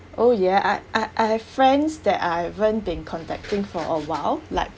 oh ya I I I have friends that I haven't been contacting for a while like